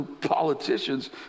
politicians